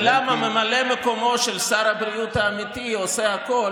ולמה ממלא מקומו של שר הבריאות האמיתי עושה הכול